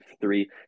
three